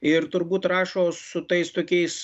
ir turbūt rašo su tais tokiais